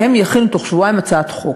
והם יכינו בתוך שבועיים הצעת חוק.